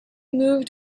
moved